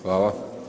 Hvala.